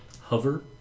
Hover